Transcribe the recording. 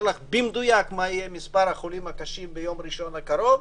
לך במדויק מה יהיה מספר החולים הקשים ביום ראשון הקרוב.